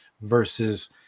versus